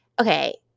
okay